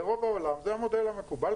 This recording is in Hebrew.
ברוב העולם זה המודל המקובל,